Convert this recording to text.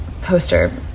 poster